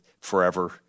forever